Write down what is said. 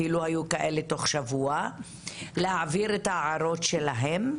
אפילו היו כאלה תוך שבוע, להעביר את ההערות שלהם.